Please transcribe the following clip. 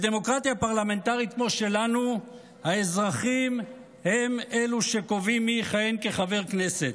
בדמוקרטיה פרלמנטרית כמו שלנו האזרחים הם שקובעים מי יכהן כחבר כנסת.